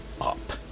up